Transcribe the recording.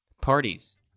parties